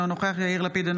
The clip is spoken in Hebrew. אינו נוכח יאיר לפיד,